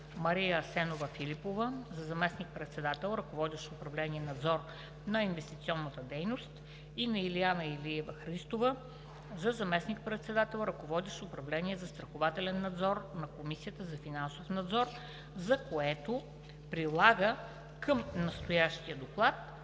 Мария Асенова Филипова за заместник-председател, ръководещ управление „Надзор на инвестиционната дейност“, и на Илиана Илиева Христова за заместник-председател, ръководещ управление „Застрахователен надзор“ на Комисията за финансов надзор, за което прилага към настоящия доклад